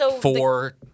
four-